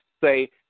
say